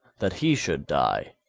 that he should die,